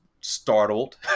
startled